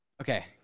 Okay